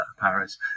Paris